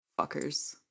Fuckers